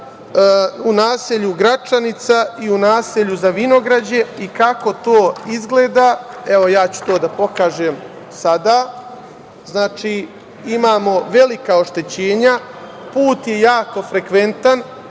u naselju Gračanica i u naselju Zavinograđe. Kako to izgleda, ja ću to da pokažem sada. Znači, imamo velika oštećenja. Put je jako frekventan,